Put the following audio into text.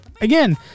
again